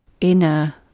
inner